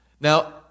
Now